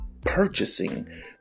purchasing